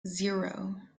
zero